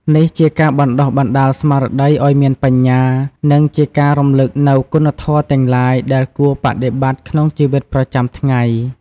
នេះជាការបណ្ដុះបណ្ដាលស្មារតីឱ្យមានបញ្ញា និងជាការរំលឹកនូវគុណធម៌ទាំងឡាយដែលគួរបដិបត្តិក្នុងជីវិតប្រចាំថ្ងៃ។